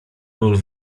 ról